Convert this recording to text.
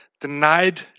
denied